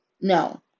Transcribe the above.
No